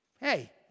Hey